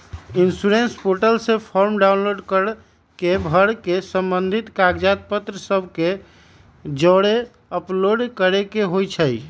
insurance portal से form download कऽ के भर के संबंधित कागज पत्र सभ के जौरे अपलोड करेके होइ छइ